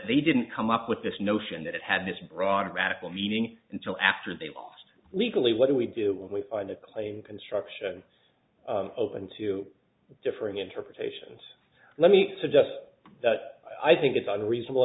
they didn't come up with this notion that had this broad radical meaning until after the just legally what do we do when we find a claim construction open to differing interpretations let me suggest that i think it's either reasonable